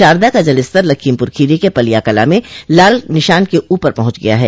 शारदा का जलस्तर लखीमपुर खीरी के पलिया कला में लाल निशान के ऊपर पहुंच गया है